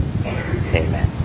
Amen